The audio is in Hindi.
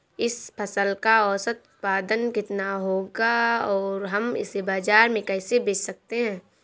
इस फसल का औसत उत्पादन कितना होगा और हम इसे बाजार में कैसे बेच सकते हैं?